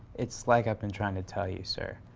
it's like i've been trying to tell you, sir.